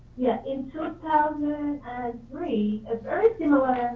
yeah, in two and thousand and three, a very similar